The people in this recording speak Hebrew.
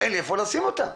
לשים אותם.